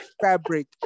fabric